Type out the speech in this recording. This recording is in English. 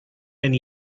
and